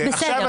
הכול.